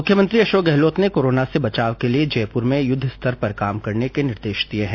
मुख्यमंत्री अशोक गहलोत ने कोरोना से बचाव के लिए जयपुर में युद्ध स्तर पर काम करने के निर्देश दिए हैं